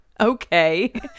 Okay